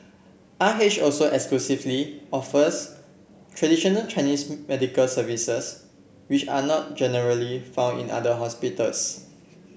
R H also exclusively offers traditional Chinese medical services which are not generally found in other hospitals